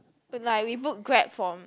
like we book Grab from